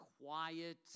quiet